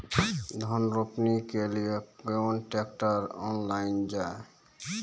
धान रोपनी के लिए केन ट्रैक्टर ऑनलाइन जाए?